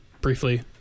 briefly